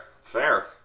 fair